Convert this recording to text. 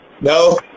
No